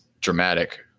dramatic